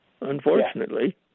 unfortunately